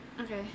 Okay